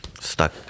stuck